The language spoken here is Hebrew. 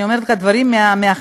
אני אומרת לך דברים מהחיים.